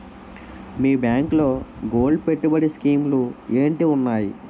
మీ బ్యాంకులో గోల్డ్ పెట్టుబడి స్కీం లు ఏంటి వున్నాయి?